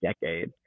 decade